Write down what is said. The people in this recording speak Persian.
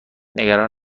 نگران